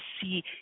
see